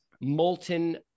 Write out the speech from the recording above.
molten